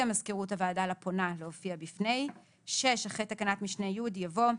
מזכירות הוועדה לפונה להופיע בפני"; אחרי תקנת משנה (י) יבוא: